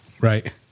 Right